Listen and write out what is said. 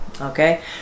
Okay